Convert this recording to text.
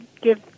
give